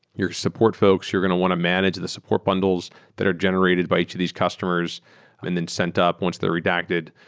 your support folks, you're going to want to manage the support bundles that are generated by each of these customers and then sent up once they're redacted.